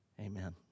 amen